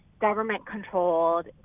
government-controlled